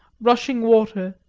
rushing water,